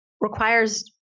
requires